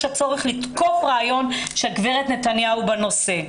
צורך לתקוף ראיון של הגברת נתניהו בנושא?